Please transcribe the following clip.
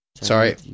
Sorry